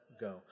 go